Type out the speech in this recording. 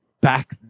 back